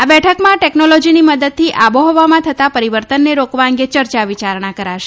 આ બેઠકમાં ટેકનોલોજીની મદદથી આબોહવામાં થતાં પરીવર્તનને રોકવા અંગે ચર્ચા વિચારણા કરાશે